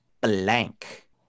blank